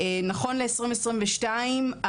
נכון ל-2022,